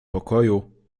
pokoju